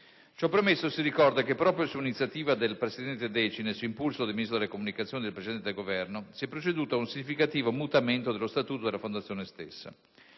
Ciò premesso, si ricorda che proprio su iniziativa del presidente Decina e su impulso del Ministro delle comunicazioni del precedente Governo si è proceduto a un significativo mutamento dello Statuto della fondazione stessa.